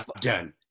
done